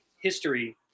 history